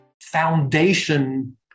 Foundation